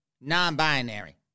non-binary